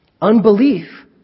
Unbelief